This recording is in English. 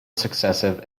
successive